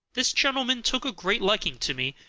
this gentleman took a great liking to me,